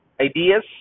ideas